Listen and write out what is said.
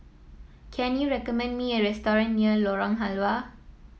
can you recommend me a restaurant near Lorong Halwa